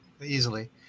easily